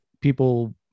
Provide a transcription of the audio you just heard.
people